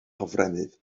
hofrennydd